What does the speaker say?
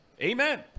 amen